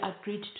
agreed